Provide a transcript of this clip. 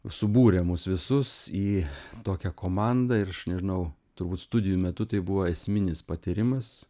subūrė mus visus į tokią komandą ir aš nežinau turbūt studijų metu tai buvo esminis patyrimas